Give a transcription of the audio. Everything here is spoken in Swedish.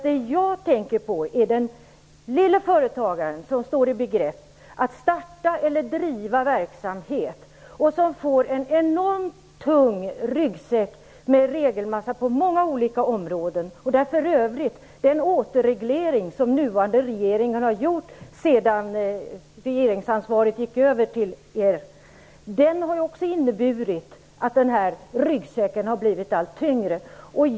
Det jag tänker på är den lille företagaren, som står i begrepp att starta eller driva verksamhet och som får en enormt tung ryggsäck med en regelmassa på många olika områden. Den återreglering som den nuvarande regeringen har gjort sedan regeringsansvaret gick över till den har för övrigt också inneburit att den här ryggsäcken har blivit allt tyngre.